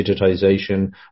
digitization